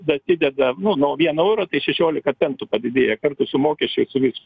dasideda nu nuo vieno euro tai šešiolika centų padidėja kartu su mokesčiais su visu